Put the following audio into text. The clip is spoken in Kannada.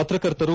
ಪತ್ರಕರ್ತರು